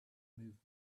movement